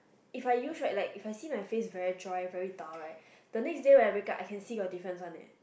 if I use right like if I see my face very dry very dull right the next day when I wake up I can see got difference one leh